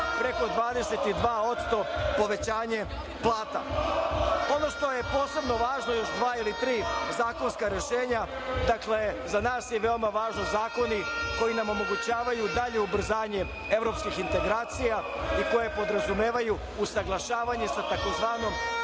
preko 22% povećanje plata. Ono što je posebno važno su još dva ili tri zakonska rešenja. Dakle, za nas su veoma važni zakoni koji nam omogućavaju dalje ubrzanje evropskih integracija i koje podrazumevaju usaglašavanje sa tzv.